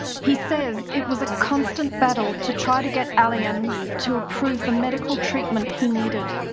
he says it was a constant battle to try to get allianz to approve the medical treatment he needed.